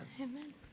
amen